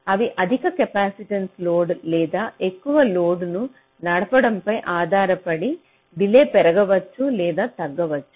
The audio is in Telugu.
అవి అధిక కెపాసిటివ్ లోడ్ లేదా ఎక్కువ లోడ్ను నడపడంపై ఆధారపడి డిలే పెరగవచ్చు లేదా తగ్గవచ్చు